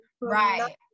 right